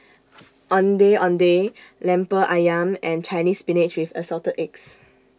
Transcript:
Ondeh Ondeh Lemper Ayam and Chinese Spinach with Assorted Eggs